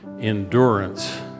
endurance